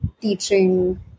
teaching